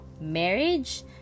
Marriage